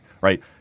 right